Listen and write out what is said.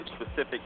specific